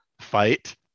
fight